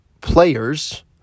players